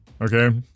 Okay